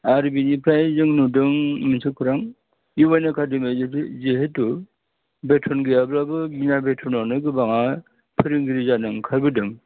आरो बेनिफ्राय जों नुदों मोनसे खौरां इउ एन एकाडेमियाव जिहेतु बेथन गैयाब्लाबो बिना बेथनावनो गोबाङा फोरोंगिरि जादों ओंखारबोदों